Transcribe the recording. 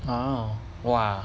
oh !wow!